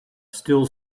still